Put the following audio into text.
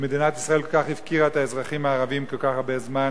שמדינת ישראל כל כך הפקירה את האזרחים הערבים כל כך הרבה זמן